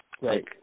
Right